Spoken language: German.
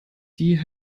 die